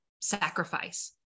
sacrifice